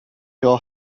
your